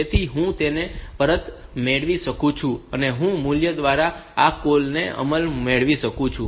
તેથી હું તેને પરત મેળવી શકું છું અને હું મૂલ્ય દ્વારા આ કૉલ નો અમલ મેળવી શકું છું